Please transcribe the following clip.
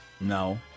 No